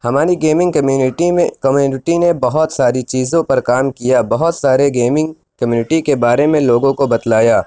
ہماری gaming community میں community نے بہت ساری چیزوں پر کام کیا بہت سارے گیمنگ کمیونٹی کے بارے میں لوگوں کو بتلایا